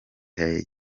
ngo